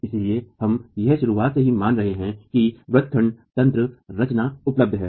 इसलिए हम यह शुरुआत से ही यह मान रहे है कि व्रत खंड तंत्र रचना उपलब्ध है